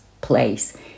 place